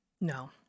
No